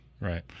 Right